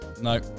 No